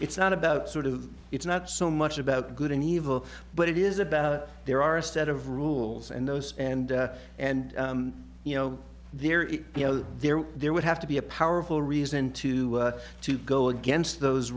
it's not about sort of it's not so much about good and evil but it is about there are a set of rules and those and and you know there is you know there there would have to be a powerful reason to to go against those